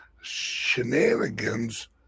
shenanigans